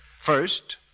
First